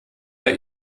bei